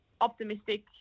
optimistic